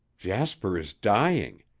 jasper is dying.